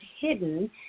hidden